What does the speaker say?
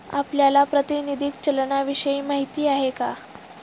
आपल्याला प्रातिनिधिक चलनाविषयी माहिती आहे का?